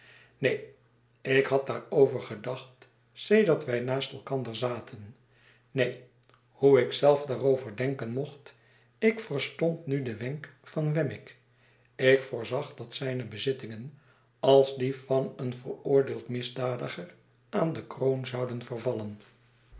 neen ik had daarover gedacht sedert wij naast elkander zaten neen hoe ik zelf daarover denken mocht ik verstond nu den wenk van wemmick ik voorzag dat zijne bezittingen als die van een veroordeeld misdadiger aan de kroon zouden vervallen